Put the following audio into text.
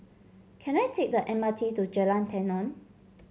can I take the M R T to Jalan Tenon